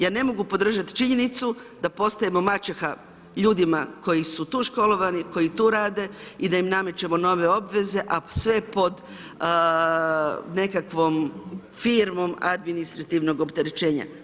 Ja ne mogu podržati činjenicu da postajemo maćeha ljudima koji su tu školovani, koji tu rade i da im namećemo nove obveze, a sve pod nekakvom firmom administrativnog opterećenja.